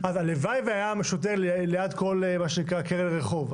אז הלוואי והיה שוטר ליד כל קרן רחוב,